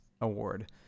award